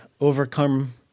overcome